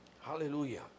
Hallelujah